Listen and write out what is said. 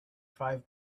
five